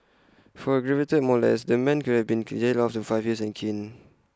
for aggravated molest the man could have been jailed for up to five years and caned